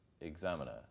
Examiner